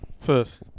first